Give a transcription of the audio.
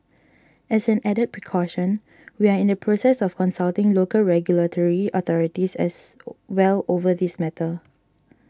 as an added precaution we are in the process of consulting local regulatory authorities as own well over this matter